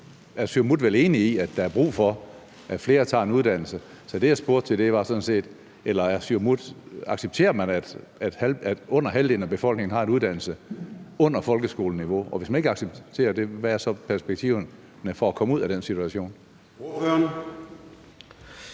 er Siumut vel enig i, at der er brug for, at flere tager en uddannelse. Så det, jeg spurgte Siumut til, var sådan set, om man accepterer, at under halvdelen af befolkningen har en uddannelse under folkeskoleniveau, og hvis man ikke accepterer det, hvad er så perspektiverne for at komme ud af den situation?